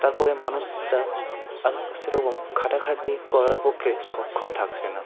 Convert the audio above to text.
তারপরে মানুষরা আর সেরকম খাটাখাটনি করার পক্ষে সক্ষম থাকছে না